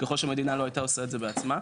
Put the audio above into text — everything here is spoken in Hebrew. ככל שהמדינה לא הייתה עושה את זה בעצמה.